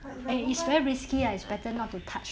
but if I don't mind